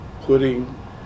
putting